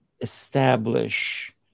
establish